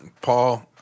Paul